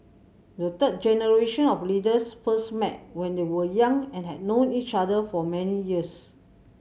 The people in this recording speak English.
the third generation of leaders first met when they were young and had known each other for many years